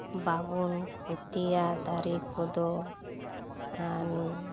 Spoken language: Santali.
ᱵᱟᱵᱚᱱ ᱠᱷᱚᱛᱤᱭᱟ ᱫᱟᱨᱮ ᱠᱚᱫᱚ ᱟᱨ